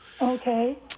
Okay